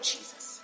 Jesus